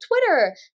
Twitter